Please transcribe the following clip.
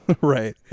right